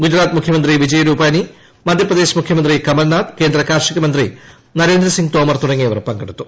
ഗുജറാത്ത് മുഖ്യമന്ത്രി വിജയ് രുപാനി മധ്യപ്രദേശ് മുഖ്യമന്ത്രി കമൽനാഥ് കേന്ദ്ര കാർഷിക മന്ത്രി നരേന്ദ്രസിംഗ് തോമർ തുടങ്ങിയവർ പങ്കെടുത്തു